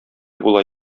була